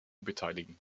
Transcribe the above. beteiligen